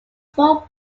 small